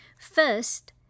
First